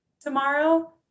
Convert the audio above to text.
tomorrow